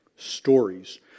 stories